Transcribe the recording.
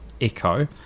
Echo